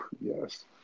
Yes